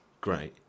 Great